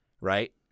right